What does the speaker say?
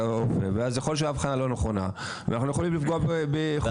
ואז יכול להיות שהאבחון לא נכון ואנחנו יכולים לפגוע במטופלים.